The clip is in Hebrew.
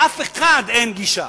לאף אחד אין גישה.